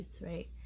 right